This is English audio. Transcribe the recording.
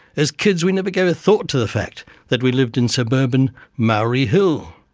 as kids we never gave a thought to the fact that we lived in suburban maori hill,